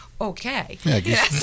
Okay